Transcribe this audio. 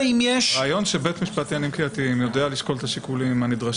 הרעיון שבית משפט לעניינים קהילתיים יודע לשקול את השיקולים הנדרשים,